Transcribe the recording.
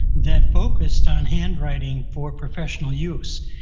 that focused on handwriting for professional use.